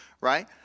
Right